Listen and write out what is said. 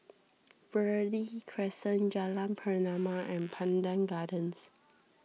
Verde Crescent Jalan Pernama and Pandan Gardens